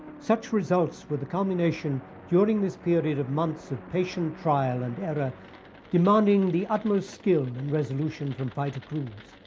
such results were the combination during this period of months of patient trial and error demanding the utmost skill and resolution from fighter crews.